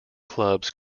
clubs